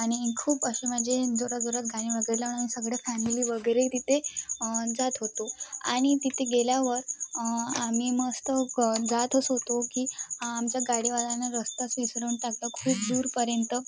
आणि खूप असे म्हणजे जोराजोरात गाणी वगैरे लावून आम्ही सगळे फॅमिली वगैरे ही तिते जात होतो आणि तिते गेल्यावर आम्ही मस्त जातच होतो की आमच्या गाडीवाल्यांना रस्ताच विसरून टाकलं खूप दूरपर्यंत